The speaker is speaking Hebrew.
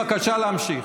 בבקשה להמשיך.